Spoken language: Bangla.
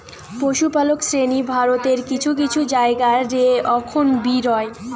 পশুপালক শ্রেণী ভারতের কিছু কিছু জায়গা রে অখন বি রয়